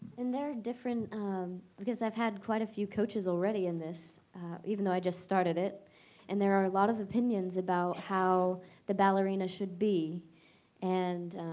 and there are different um because i've had quite a few coaches already in this even though i just started it and there are a lot of opinions about how the ballerina should be and